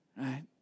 Right